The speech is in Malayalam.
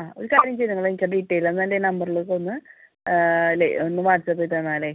ആ ഒരു കാര്യം ചെയ്തോ നിങ്ങൾ ഇതിൻ്റെ ഡീറ്റെയിൽ ഒന്ന് എൻ്റെ ഈ നമ്പറിലേക്ക് ഒന്ന് ഒന്ന് വാട്സ്ആപ്പ് ചെയ്ത് തന്നാലേ